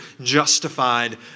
justified